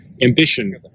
ambition